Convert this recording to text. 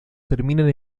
terminan